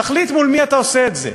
תחליט מול מי אתה עושה את זה.